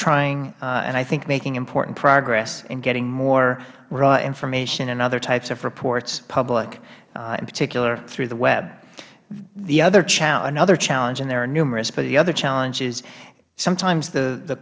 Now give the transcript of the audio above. trying and i think making important progress in getting more real information and other types of reports public in particular through the web another challenge and there are numerous but the other challenge is sometimes the